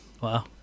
Wow